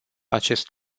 acest